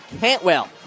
Cantwell